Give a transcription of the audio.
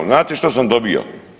Znate što sam dobio?